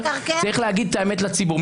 צריך להגיד את האמת לציבור,